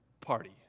party